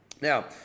Now